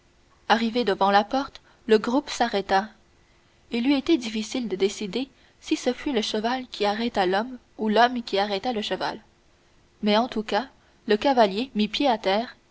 arrivé devant la porte le groupe s'arrêta il eût été difficile de décider si ce fut le cheval qui arrêta l'homme ou l'homme qui arrêta le cheval mais en tout cas le cavalier mit pied à terre